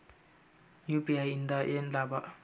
UPI ಇಂದ ಏನ್ ಲಾಭ?